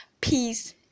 peace